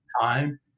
time